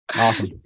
Awesome